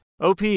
OP